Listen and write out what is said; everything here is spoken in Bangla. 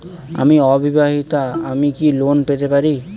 আমি অবিবাহিতা আমি কি লোন পেতে পারি?